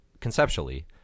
conceptually